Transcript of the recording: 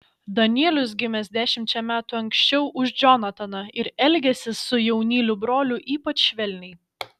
danielius gimęs dešimčia metų anksčiau už džonataną ir elgęsis su jaunyliu broliu ypač švelniai